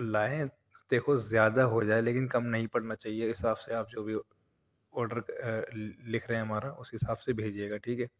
لاٮٔیں دیکھو زیادہ ہو جائے لیکن کم نہیں پڑنا چاہیے اِس حساب سے آپ جو بھی اوڈر لکھ رہے ہیں ہمارا اُس حساب سے بھیجیے گا ٹھیک ہے